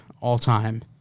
all-time